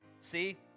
See